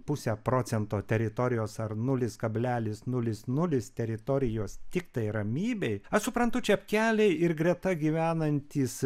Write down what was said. pusę procento teritorijos ar nulis kablelis nulis nulis teritorijos tiktai ramybėj aš suprantu čepkeliai ir greta gyvenantys